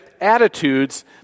attitudes